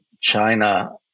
China